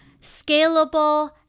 scalable